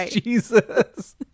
Jesus